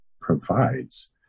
provides